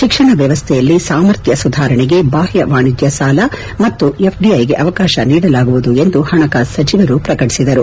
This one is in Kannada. ಶಿಕ್ಷಣ ವ್ಯವಸ್ಥೆಯಲ್ಲಿ ಸಾಮರ್ಥ್ನ ಸುಧಾರಣೆಗೆ ಬಾಹ್ಯ ವಾಣಿಜ್ಯ ಸಾಲ ಮತ್ತು ಎಫ್ಡಿಐಗೆ ಅವಕಾಶ ನೀಡಲಾಗುವುದು ಎಂದು ಪಣಕಾಸು ಸಚಿವರು ಪ್ರಕಟಿಸಿದರು